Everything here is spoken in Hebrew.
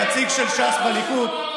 הנציג של ש"ס בליכוד.